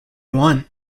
one